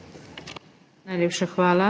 Najlepša hvala.